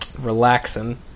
Relaxing